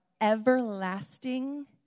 everlasting